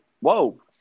Whoa